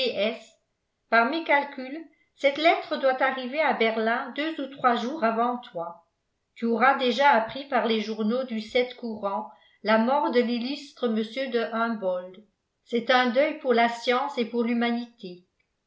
mes calculs cette lettre doit arriver à berlin deux ou trois jours avant toi tu auras déjà appris par les journaux du courant la mort de l'illustre mr de humboldt c'est un deuil pour la science et pour l'humanité